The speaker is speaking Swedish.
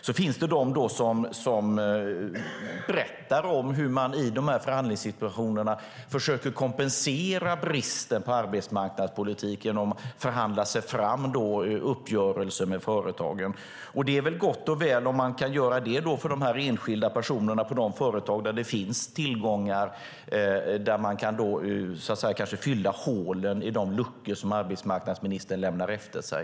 Då finns det de som berättar om hur man i förhandlingssituationerna försöker kompensera bristen på arbetsmarknadspolitik och förhandla sig fram i uppgörelser med företagen. Det är väl gott och väl om man kan göra det för de enskilda personer på de företag där det finns tillgångar och där man kan fylla de hål och luckor som arbetsmarknadsministern lämnar efter sig.